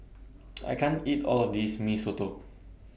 I can't eat All of This Mee Soto